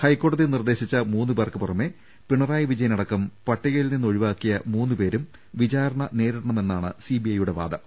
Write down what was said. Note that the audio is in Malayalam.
ഹൈക്കോടതി നിർദ്ദേ്ശിച്ച മൂന്ന് പേർക്ക് പുറമെ പിണ റായി വിജയനടക്കം പ്രട്ടികയിൽ നിന്ന് ഒഴിവാക്കിയ മൂന്ന് പേരും വിചാരണ നേരിട്ടണമെന്നാണ് സിബിഐയുടെ വാദം